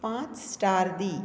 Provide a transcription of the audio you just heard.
पांच स्टार दी